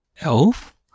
Elf